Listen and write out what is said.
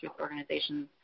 organizations